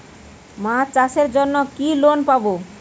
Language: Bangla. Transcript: মাছ চাষের জন্য কি লোন পাব?